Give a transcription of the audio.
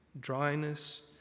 dryness